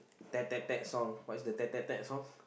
tap tap tap song what is the tap tap tap song